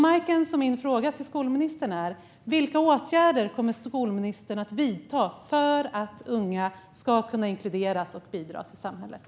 Majkens och min fråga till skolministern är: Vilka åtgärder kommer skolministern att vidta för att unga ska kunna inkluderas och bidra till samhället?